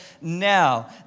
now